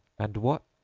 and what,